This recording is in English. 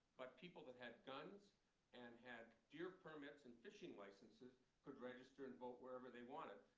but people that had guns and had deer permits and fishing licenses could register and vote wherever they wanted.